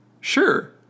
sure